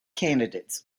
candidates